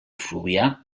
fluvià